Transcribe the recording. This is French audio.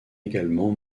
également